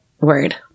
word